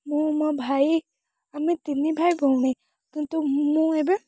ମୁଁ ମୋ ଭାଇ ଆମେ ତିନି ଭାଇ ଭଉଣୀ କିନ୍ତୁ ମୁଁ ଏବେ